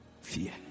fear